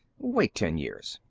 wait ten years.